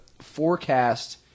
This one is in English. forecast